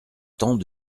temps